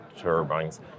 turbines